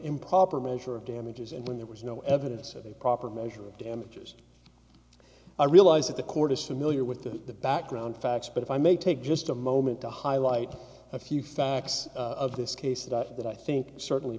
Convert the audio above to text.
improper measure of damages and when there was no evidence of a proper measure of damages i realize that the court is familiar with the background facts but if i may take just a moment to highlight a few facts of this case that i think certainly